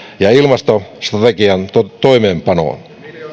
ja ja ilmastostrategian toimeenpanoon